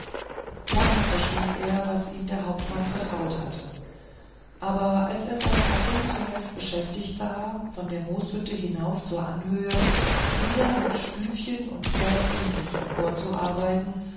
lange verschwieg er was ihm der hauptmann vertraut hatte aber als er seine gattin zuletzt beschäftigt sah von der mooshütte hinauf zur anhöhe wieder mit stüfchen und pfädchen sich